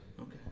Okay